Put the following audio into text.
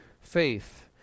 faith